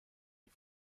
die